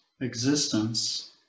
existence